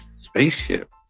Spaceship